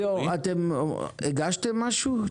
ליאור, הגשתם משהו?